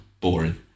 Boring